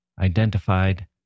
identified